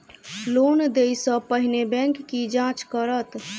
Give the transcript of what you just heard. Loan देय सा पहिने बैंक की जाँच करत?